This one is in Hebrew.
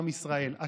עם ישראל,